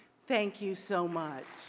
thank you so much.